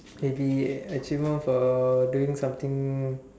maybe a achievement for doing something